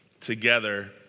together